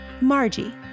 Margie